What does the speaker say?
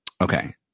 Okay